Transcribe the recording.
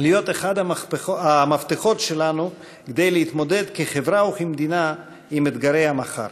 להיות אחד המפתחות שלנו להתמודדות כחברה וכמדינה עם אתגרי המחר.